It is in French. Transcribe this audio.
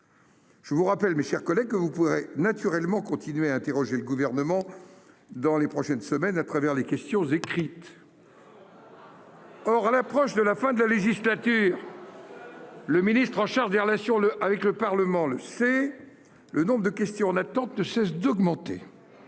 Je vous rappelle, mes chers collègues, vous pourrez naturellement continuer à interroger le gouvernement dans les prochaines semaines à travers les questions écrites. Or, à l'approche de la fin de la législature, le ministre en charge des relations le avec le Parlement, le c'est le nombre de questions en attente ne cesse d'augmenter.